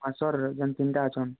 ହଁ ସାର୍ ଯେନ୍ ତିନଟା ଅଛନ୍